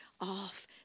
off